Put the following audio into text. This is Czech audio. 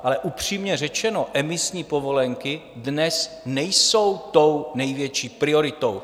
Ale upřímně řečeno, emisní povolenky dnes nejsou tou největší prioritou.